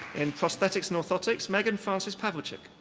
in prosthetics and orthotics, megan frances pawelczyk.